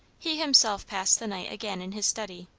he himself passed the night again in his study,